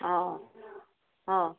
অ' অ'